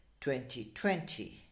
2020